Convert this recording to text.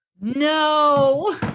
No